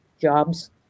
jobs